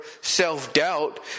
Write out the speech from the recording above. self-doubt